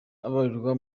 abarirwa